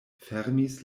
fermis